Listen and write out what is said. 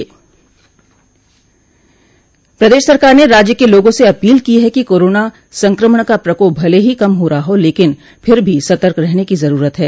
प्रदेश सरकार ने राज्य के लोगों से अपील की है कि कोरोना संक्रमण का प्रकोप भले ही कम हो रहा हो लेकिन फिर भी सतर्क रहने की जरूरत है